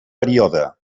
període